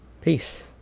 Peace